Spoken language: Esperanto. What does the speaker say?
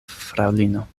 fraŭlino